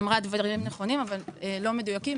נאמרו דברים נכונים אבל לא מדויקים,